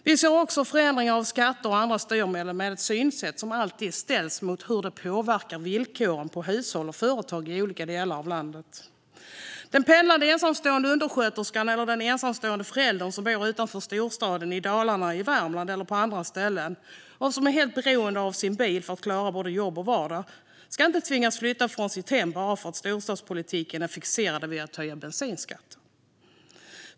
Vi vill också ha förändringar i synsättet på skatter och andra styrmedel som alltid ställs mot hur de påverkar villkoren för hushåll och företag i olika delar av landet. Den pendlande ensamstående undersköterskan eller den ensamstående föräldern som bor utanför storstaden i Dalarna, i Värmland eller på andra ställen, och som är helt beroende av sin bil för att klara både jobb och vardag, ska inte tvingas flytta från sitt hem bara för att storstadspolitiker är fixerade vid att höja bensinskatten.